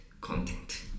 content